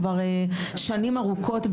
כבר שנים ארוכות,